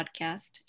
podcast